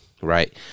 right